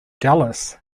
dallas